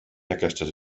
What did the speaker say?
aquestes